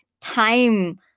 time